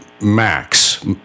Max